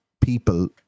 people